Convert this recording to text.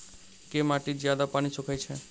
केँ माटि जियादा पानि सोखय छै?